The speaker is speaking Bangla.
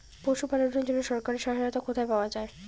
পশু পালনের জন্য সরকারি সহায়তা কোথায় পাওয়া যায়?